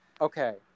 Okay